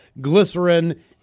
glycerin